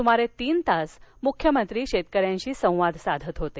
सुमारे तीन तास मुख्यमंत्री शेतकऱ्यांशी संवाद साधत होते